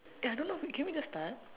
eh I don't know we can we just start